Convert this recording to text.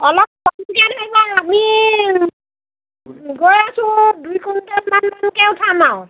অলপ কমটিকৈ ধৰিব আৰু আমি গৈ আছোঁ দুই কুইণ্টেল মান মানকৈ উঠাম আৰু